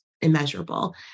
immeasurable